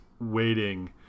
waiting